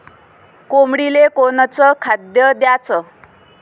कोंबडीले कोनच खाद्य द्याच?